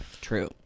True